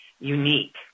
unique